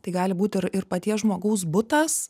tai gali būti ir ir paties žmogaus butas